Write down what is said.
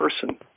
person